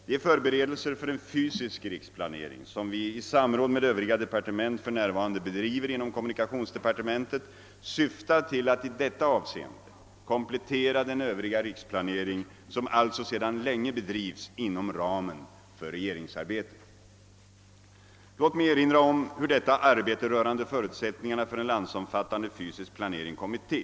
De förberedelser för en fysisk riksplanering, som vi i samråd med övriga departement för närvarande bedriver inom kommunikationsdepartementet, syftar till att i detta avseende komplettera den övriga riksplanering, som alltså sedan länge bedrivs inom ramen för regeringsarbetet. Låt mig erinra om hur detta arbete rörande förutsättningarna för en landsomfattande fysisk planering kommit till.